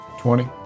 Twenty